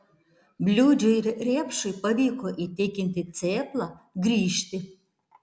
bliūdžiui ir riepšui pavyko įtikinti cėplą grįžti